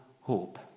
hope